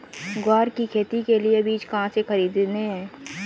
ग्वार की खेती के लिए बीज कहाँ से खरीदने हैं?